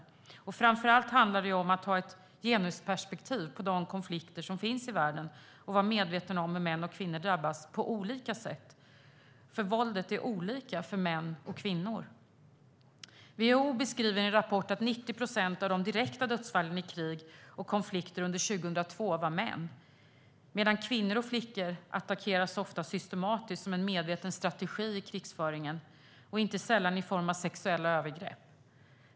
Det handlar framför allt om att ha ett genusperspektiv på de konflikter som finns i världen och att vara medveten om de olika sätt på vilka män och kvinnor drabbas. Våldet är nämligen olika mot män och kvinnor. WHO beskriver i en rapport att 90 procent av de direkta dödsfallen i krig och konflikter under 2002 var män. Men kvinnor och flickor attackeras ofta systematiskt som en medveten strategi i krigsföringen, inte sällan i form av sexuella övergrepp.